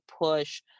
push